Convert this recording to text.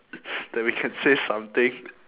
that we can say something